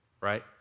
right